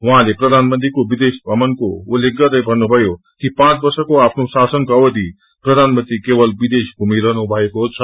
उहाँले प्रधान मंत्रीको विदेश भ्रण्को उल्लेख गर्दै भन्नुभयो कि पाँच वर्षको आफ्नो शासनको अवधि प्रधानमंत्री केवल विदेश घुमिरहनु भएको छ